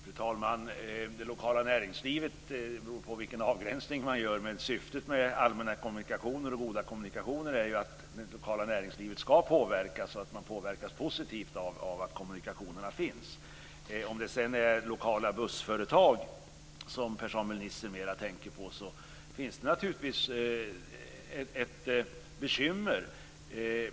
Fru talman! När det gäller det lokala näringslivet beror det på vilken avgränsning som görs. Syftet med allmänna och goda kommunikationer är att det lokala näringslivet ska påverkas positivt. När det gäller de lokala bussföretag som Per-Samuel Nisser tänker på, finns det naturligtvis bekymmer.